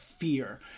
fear